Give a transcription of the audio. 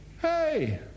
hey